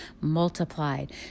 multiplied